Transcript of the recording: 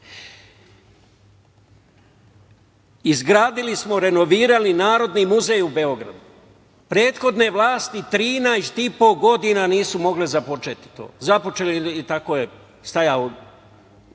negirati. Izgradili smo i renovirali Narodni muzej u Beogradu. Prethodne vlasti 13,5 godina nisu mogle započeti, započele i tako je stajao